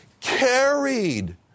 carried